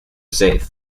safe